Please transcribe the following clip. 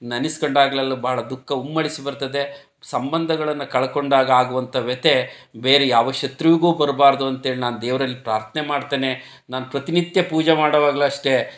ನೆನೆಸ್ಕೊಂಡಾಗ್ಲೆಲ್ಲ ಬಹಳ ದುಃಖ ಉಮ್ಮಳಿಸಿ ಬರ್ತದೆ ಸಂಬಂಧಗಳನ್ನು ಕಳ್ಕೊಂಡಾಗ ಆಗುವಂಥ ವ್ಯಥೆ ಬೇರೆ ಯಾವ ಶತ್ರುವಿಗೂ ಬರಬಾರದು ಅಂತೇಳಿ ನಾನು ದೇವ್ರಲ್ಲಿ ಪ್ರಾರ್ಥನೆ ಮಾಡ್ತೇನೆ ನಾನು ಪ್ರತಿನಿತ್ಯ ಪೂಜೆ ಮಾಡುವಾಗ್ಲೂ ಅಷ್ಟೆ